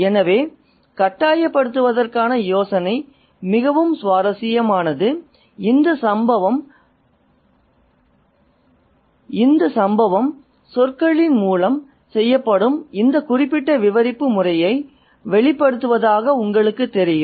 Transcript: எனவே கட்டாயப்படுத்தப்படுவதற்கான யோசனை மிகவும் சுவாரஸ்யமானது இந்த சம்பவம் சொற்களின் மூலம் செய்யப்படும் இந்த குறிப்பிட்ட விவரிப்பு முறையை வெளிப்படுத்துவதாக உங்களுக்குத் தெரியும்